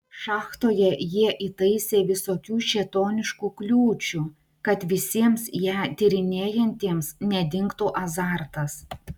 šachtoje jie įtaisė visokių šėtoniškų kliūčių kad visiems ją tyrinėjantiems nedingtų azartas